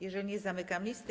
Jeżeli nie, zamykam listę.